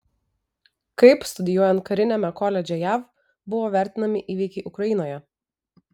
kaip studijuojant kariniame koledže jav buvo vertinami įvykiai ukrainoje